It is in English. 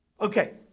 Okay